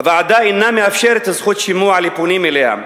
הוועדה אינה מאפשרת זכות שימוע לפונים אליה.